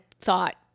thought